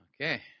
okay